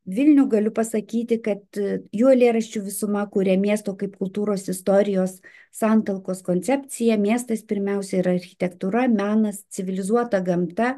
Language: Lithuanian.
vilnių galiu pasakyti kad jų eilėraščių visuma kuria miesto kaip kultūros istorijos santalkos koncepciją miestas pirmiausia yra architektūra menas civilizuota gamta